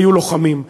היו לוחמים.